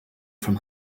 from